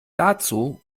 dazu